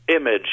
image